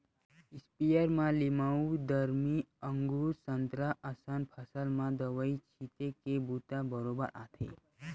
sprayer म लीमउ, दरमी, अगुर, संतरा असन फसल म दवई छिते के बूता बरोबर आथे